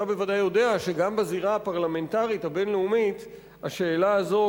אתה ודאי יודע שגם בזירה הפרלמנטרית הבין-לאומית השאלה הזו,